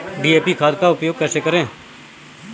DAP खाद का उपयोग कैसे करें?